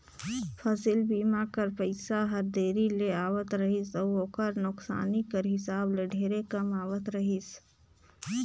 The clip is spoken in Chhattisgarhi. फसिल बीमा कर पइसा हर देरी ले आवत रहिस अउ ओकर नोसकानी कर हिसाब ले ढेरे कम आवत रहिस